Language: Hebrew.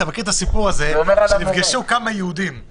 אתמול יצאנו מהדיון מהכנסת ועברתי בצומת היציאה מירושלים.